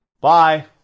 bye